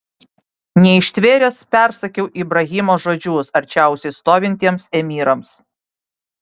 neištvėręs persakiau ibrahimo žodžius arčiausiai stovintiems emyrams